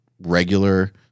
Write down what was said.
Regular